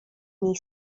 niej